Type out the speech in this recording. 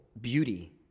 beauty